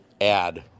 add